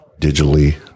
digitally